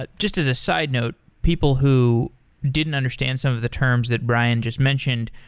but just as a side note, people who didn't understand some of the terms that brian just mentioned,